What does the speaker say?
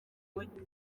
mujyi